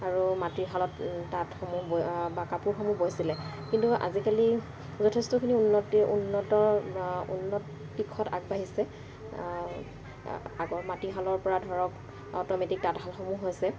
আৰু মাটিৰ শালত তাঁতসমূহ বৈ বা কাপোৰসমূহ বৈছিলে কিন্তু আজিকালি যথেষ্টখিনি উন্নতি উন্নত উন্নত দিশত আগবাঢ়িছে আগৰ মাটিশালৰ পৰা ধৰক অট'মেটিক তাঁতশালসমূহ হৈছে